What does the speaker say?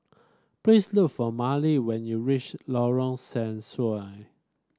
please look for Mali when you reach Lorong Sensuai